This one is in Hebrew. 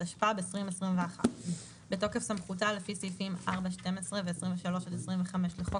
התשפ"ב 2021. "בתוקף סמכותה לפי סעיפים 12,4 ו-23 עד 25 לחוק